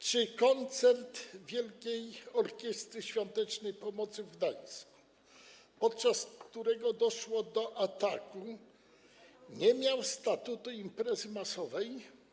Czy koncert Wielkiej Orkiestry Świątecznej Pomocy w Gdańsku, podczas którego doszło do ataku, nie miał statusu imprezy masowej?